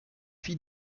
fit